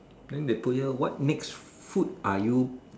then they put here what next food were you